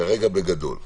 כרגע בגדול.